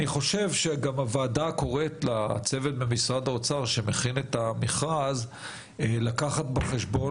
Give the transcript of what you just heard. אני חושב שהוועדה קוראת לצוות במשרד האוצר שמכין את המכרז לקחת בחשבון